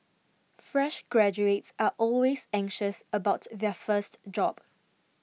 fresh graduates are always anxious about their first job